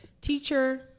teacher